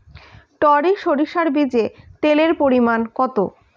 টরি সরিষার বীজে তেলের পরিমাণ কত?